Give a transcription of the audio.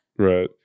Right